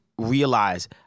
realize